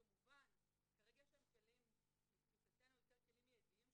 כרגע יש להם לתפיסתנו כלים מידיים,